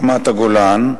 רמת-הגולן,